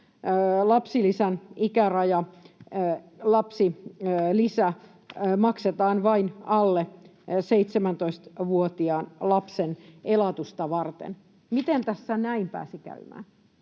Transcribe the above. käytännössä lapsilisä maksetaan vain alle 17-vuotiaan lapsen elatusta varten? Miten tässä näin pääsi käymään?